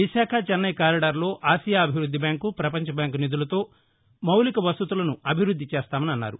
Visakha Chennai corridor లో Asia అభివృద్ధి bank పపంచ బ్యాంకు నిధులతో మౌలిక వసతులను అభివృద్ధి చేస్తామని అన్నారు